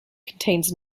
contains